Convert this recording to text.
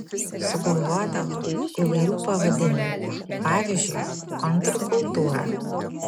sugalvodavo įvairių pavadinimų pavyzdžiui kontrkultūra